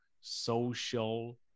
social